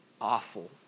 awful